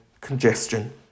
congestion